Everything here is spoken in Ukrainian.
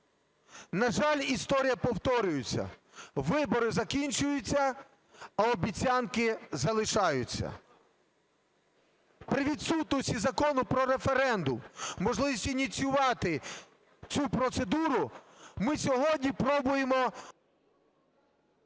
На жаль, історія повторюється: вибори закінчуються, а обіцянки залишаються. При відсутності закону про референдум можливості ініціювати цю процедуру ми сьогодні пробуємо...